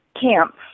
camp